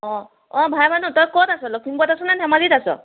অঁ অঁ ভাইমানুহ তই ক'ত আছ লখিমপুৰত আছ নে ধেমাজিত আছ